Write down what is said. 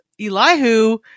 Elihu